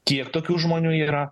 kiek tokių žmonių yra